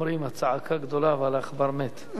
אומרים: הצעקה גדולה אבל העכבר מת.